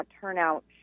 turnout